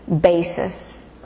basis